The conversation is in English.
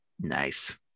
Nice